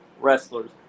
wrestlers